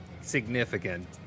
significant